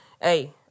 Hey